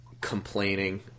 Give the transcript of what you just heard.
complaining